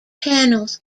panels